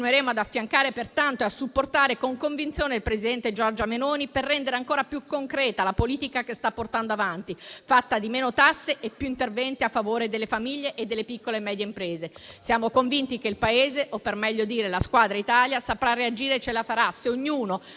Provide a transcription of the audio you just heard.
Siamo convinti che il Paese o, per meglio dire, la squadra Italia saprà reagire e ce la farà, se ognuno,